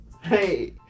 Hey